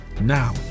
now